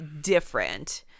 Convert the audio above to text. different